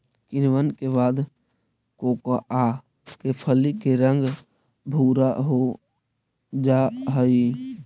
किण्वन के बाद कोकोआ के फली के रंग भुरा हो जा हई